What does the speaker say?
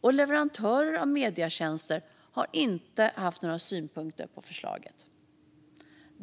och leverantörer av medietjänster, har inte haft några synpunkter på förslaget.